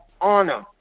honor